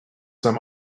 some